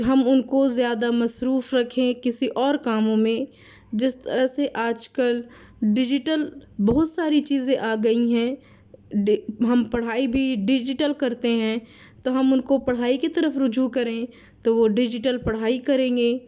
ہم ان کو زیادہ مصروف رکھیں کسی اور کاموں میں جس طرح سے آج کل ڈیجیٹل بہت ساری چیزیں آ گئی ہیں ہم پڑھائی بھی ڈیجیٹل کرتے ہیں تو ہم ان کو پڑھائی کی طرف رجوع کریں تو وہ ڈیجیٹل پڑھائی کریں گے